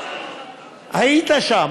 היית שם,